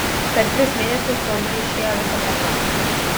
per tris mėnesius pilnai išėjo visą programą